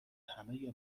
همه